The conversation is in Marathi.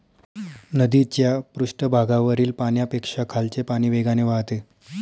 नदीच्या पृष्ठभागावरील पाण्यापेक्षा खालचे पाणी वेगाने वाहते